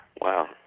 Wow